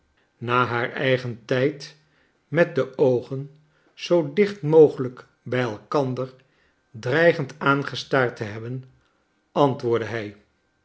na haar eenigen tij d met de oogen zoo dicht mogelijk bij elkandeiv dreigend aangestaard te hebben antwoordde hij